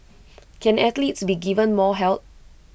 can athletes be given more help